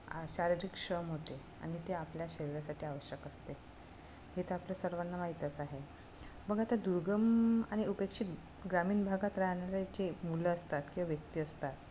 आ शारीरिक श्रम होते आणि ते आपल्या शरीरासाठी आवश्यक असते हे तर आपल्या सर्वांना माहीतच आहे मग आता दुर्गम आणि उपेक्षित ग्रामीण भागात राहणारे जे मुलं असतात किंवा व्यक्ती असतात